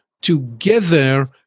together